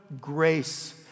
grace